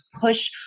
push